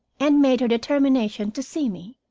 and made her determination to see me.